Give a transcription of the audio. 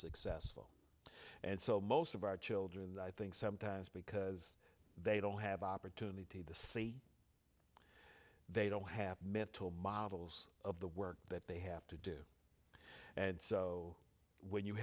successful and so most of our children i think sometimes because they don't have opportunity to see they don't have mental models of the work that they have to do and so when you